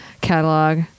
catalog